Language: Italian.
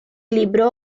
libro